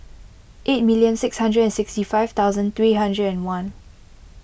eight million six hundred and sixty five thousand three hundred and one